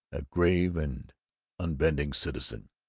a grave and unbending citizen.